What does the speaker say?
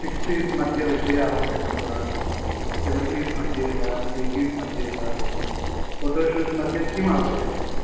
sixties मध्ये विषये आवश्यकं वा सेवेन्टीस् मध्ये वा ऐय्टीस् मध्ये वा फ़ोटो शूट् मध्ये किम् आवश्यकं